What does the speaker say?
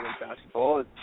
basketball